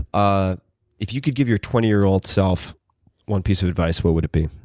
ah if you could give your twenty year old self one piece of advice, what would it be?